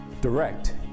Direct